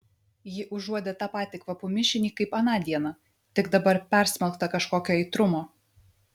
ji užuodė tą patį kvapų mišinį kaip aną dieną tik dabar persmelktą kažkokio aitrumo